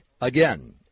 Again